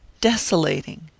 desolating